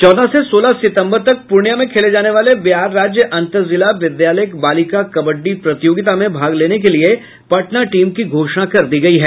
चौदह से सोलह सितंबर तक पूर्णिया में खेले जाने वाले बिहार राज्य अंतरजिला विद्यालय बालिका कबड्डी प्रतियोगिता में भाग लेने के लिये पटना टीम की घोषणा कर दी गयी है